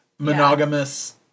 monogamous